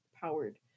powered